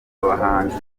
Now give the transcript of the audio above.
abahanzi